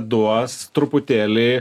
duos truputėlį